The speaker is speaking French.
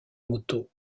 moto